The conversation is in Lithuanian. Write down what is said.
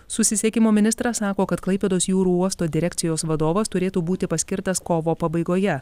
susisiekimo ministras sako kad klaipėdos jūrų uosto direkcijos vadovas turėtų būti paskirtas kovo pabaigoje